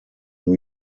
new